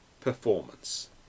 performance